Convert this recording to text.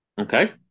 Okay